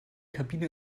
kabine